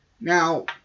Now